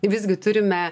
visgi turime